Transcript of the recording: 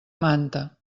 manta